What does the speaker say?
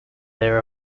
their